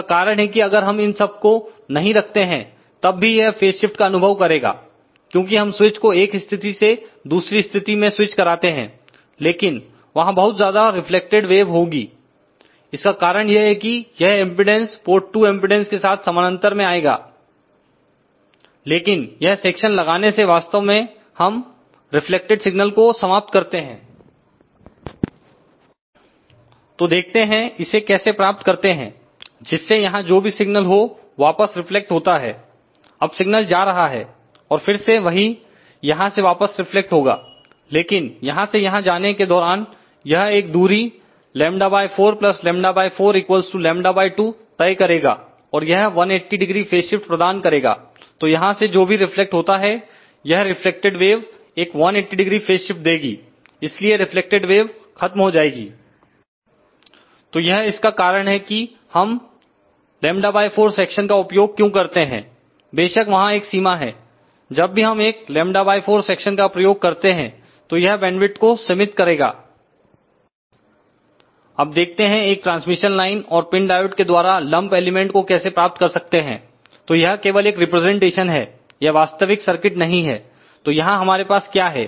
इसका कारण है कि अगर हम इन सब को नहीं रखते हैं तब भी यह फेज शिफ्ट का अनुभव करेगा क्योंकि हम स्विचको एक स्थिति से दूसरी स्थिति में स्विच कराते हैं लेकिन वहां बहुत ज्यादा रिफ्लेक्टिड वेव होगी इसका कारण यह है कि यह एमपीडांस पोर्ट 2 एमपीडांस के साथ समांतर में आएगा लेकिन यह सेक्शन लगाने से वास्तव में हम रिफ्लेक्टिड सिग्नल को समाप्त करते हैं तो देखते हैं इसे कैसे प्राप्त करते हैं जिससे यहां जो भी सिग्नलहो वापस रिफ्लेक्ट होता है अब सिग्नल जा रहा है और फिर से वही यहां से वापस रिफ्लेक्ट होगा लेकिन यहां से यहां जाने के दौरान यह एक दूरी λ4λ4 λ2 तय करेगा और यह 1800 फेज शिफ्ट प्रदान करेगा तो यहां से जो भी रिफ्लेक्ट होता है यह रिफ्लेक्ट वेब एक 1800 फेज शिफ्ट देगी इसलिए रिफ्लेक्टिड वेव खत्म हो जाएगी तो यह इसका कारण है कि हम λ4 सेक्शन का उपयोग क्यों करते हैं बेशक वहां एक सीमा है जब भी हम एक λ4 सेक्शन का प्रयोग करते हैं तो यह बैंडविथ को सीमित करेगा अब देखते हैं एक ट्रांसमिशन लाइन और पिन डायोड के द्वारा लंप एलिमेंट को कैसे प्राप्त कर सकते हैं तो यह केवल एक रिप्रेजेंटेशन है यह वास्तविक सर्किट नहीं है तो यहां हमारे पास क्या है